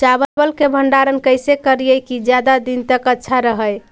चावल के भंडारण कैसे करिये की ज्यादा दीन तक अच्छा रहै?